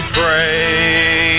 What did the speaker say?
pray